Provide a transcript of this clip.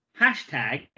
hashtag